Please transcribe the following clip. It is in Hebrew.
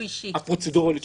הפרוצדורליות,